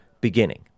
beginning